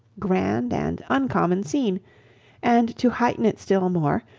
grand, and uncommon scene and, to heighten it still more,